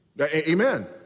Amen